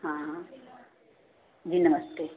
हाँ जी जी नमस्ते